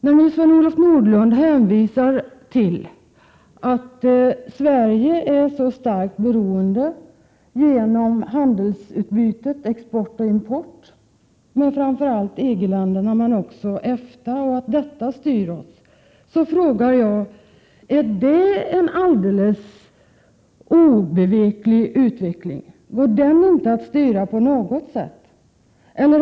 När nu Sven-Olof Nordlund hänvisar till att Sverige är så starkt beroende av handelsutbytet — export och import — med framför allt EG-länderna men också med länderna inom EFTA och att detta styr oss, vill jag fråga: Är detta en alldeles obeveklig utveckling? Går det inte alls att styra den?